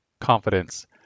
confidence